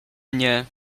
mnie